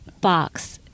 Box